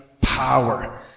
power